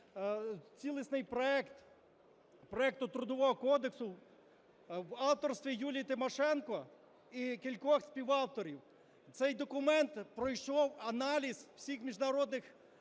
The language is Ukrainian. цілісний проект проекту Трудового кодексу в авторстві Юлії Тимошенко і кількох співавторів. Цей документ пройшов аналіз всіх міжнародних, по